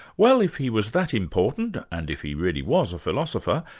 well if he was that important, and if he really was a philosopher,